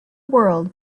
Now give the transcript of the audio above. world